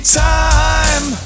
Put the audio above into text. time